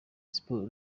siporo